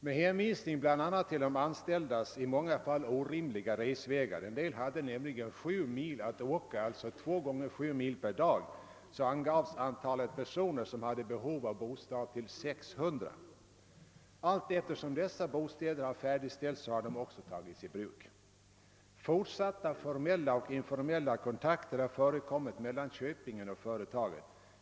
Med hänvisning bl.a. till de anställdas i många fall orimliga resvägar — en del hade nämligen sju mil att åka till arbetet, d.v.s. två gånger sju mil per dag — angavs antalet personer som hade behov av bostad till 600. Allteftersom dessa bostäder har färdigställts har de också tagits i bruk. Fortsatta formella och informella kontakter har förekommit mellan köpingen och företaget.